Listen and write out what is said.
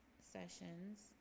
sessions